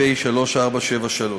פ/3473/20.